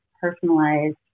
personalized